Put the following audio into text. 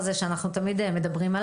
ביותר: